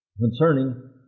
concerning